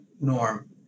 Norm